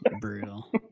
Brutal